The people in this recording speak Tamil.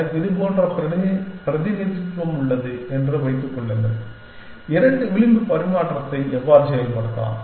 எனக்கு இது போன்ற பிரதிநிதித்துவம் உள்ளது என்று வைத்துக் கொள்ளுங்கள் இரண்டு விளிம்பு பரிமாற்றத்தை எவ்வாறு செயல்படுத்தலாம்